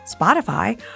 Spotify